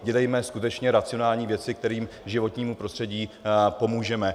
Dělejme skutečně racionální věci, kterými životnímu prostředí pomůžeme.